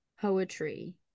poetry